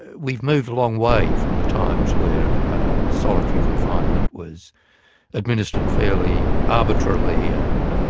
we've moved a long way from the times where solitary confinement was administered fairly arbitrarily and